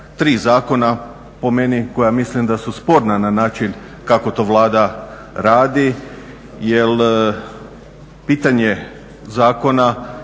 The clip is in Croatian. zakona po meni koja mislim da su sporna na način kako to Vlada radi jer pitanje zakona